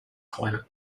climate